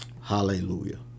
Hallelujah